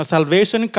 Salvation